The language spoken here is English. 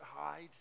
hide